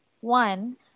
One